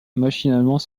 machinalement